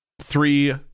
three